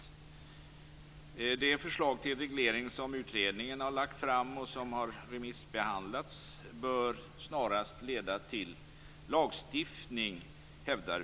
Vi hävdar i vår reservation att det förslag till reglering som utredningen har lagt fram och som har remissbehandlats snarast bör leda till lagstiftning.